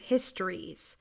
Histories